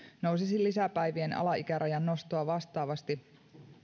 nousisi lisäpäivien alaikärajan nostoa vastaavasti